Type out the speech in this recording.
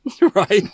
Right